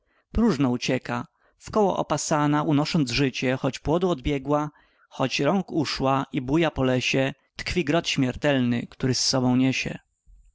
próżno ucieka wkoło opasana unosząc życie choć płodu odbiegła chociaż rąk uszła i buja po lesie tkwi grot śmiertelny który z sobą niesie